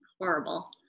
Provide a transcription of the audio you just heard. horrible